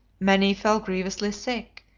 many fell grievously sick,